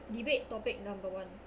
debate topic number one